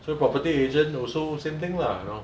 so property agent also same thing lah you know